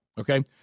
okay